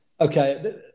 Okay